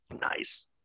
Nice